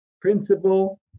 principle